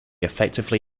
effectively